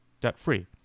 debt-free